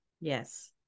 Yes